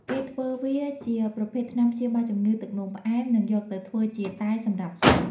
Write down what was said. គេធ្វើវាជាប្រភេទថ្នាំព្យាបាលជំងឺទឹកនោមផ្អែម និងយកទៅធ្វើជាតែសម្រាប់ហូប។